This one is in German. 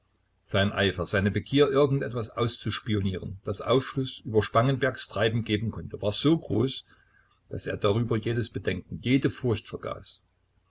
sein eifer seine begier irgendetwas auszuspionieren das aufschluß über spangenbergs treiben geben konnte war so groß daß er darüber jedes bedenken jede furcht vergaß